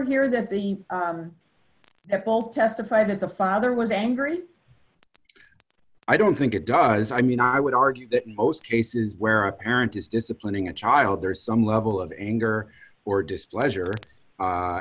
here that the that both testify that the father was angry i don't think it does i mean i would argue that in most cases where a parent is disciplining a child there are some level of anger or displeasure